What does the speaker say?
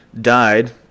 died